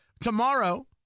Tomorrow